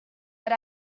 but